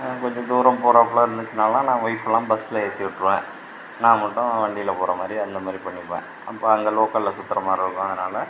கொஞ்சம் தூரம் போகிறாப்ல இருந்துச்சுன்னாலாம் நான் ஒயிஃப்லாம் பஸ்ஸில் ஏற்றி விட்ருவேன் நான் மட்டும் வண்டியில் போகிறமாரி அந்தமாதிரி பண்ணிப்பேன் நம்ப அங்கே லோக்கலில் சுத்துறமாரி இருக்குங்கிறனால